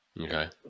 Okay